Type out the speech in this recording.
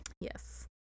Yes